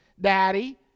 daddy